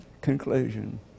conclusion